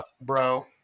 bro